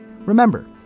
Remember